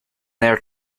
their